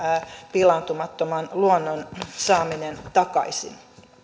pilaantumattoman luonnon saaminen takaisin